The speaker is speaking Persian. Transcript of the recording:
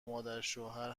مادرشوهر